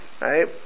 Right